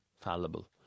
fallible